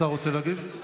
השר רוצה להגיב?